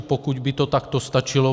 Pokud by to takto stačilo.